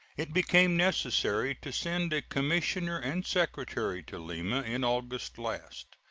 it became necessary to send a commissioner and secretary to lima in august last.